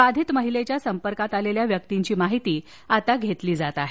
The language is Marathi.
बाधित महिलेच्या संपर्कात आलेल्या व्यक्तींची माहिती आता घेतली जात आहे